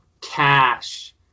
cash